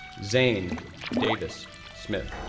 zane davis smith,